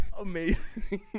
amazing